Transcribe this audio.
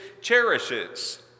cherishes